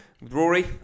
Rory